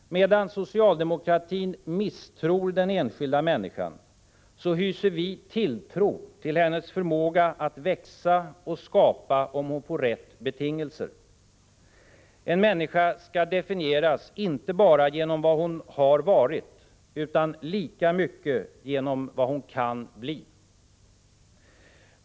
Medan socialdemokratin misstror den enskilda människan, hyser vi tilltro till hennes förmåga att växa och skapa, om hon får rätt betingelser. En människa skall definieras inte bara genom vad hon har varit, utan lika mycket genom vad hon kan bli.